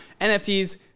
NFTs